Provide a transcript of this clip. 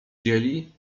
dzieli